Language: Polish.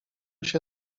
się